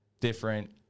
different